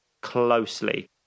closely